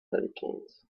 hurricanes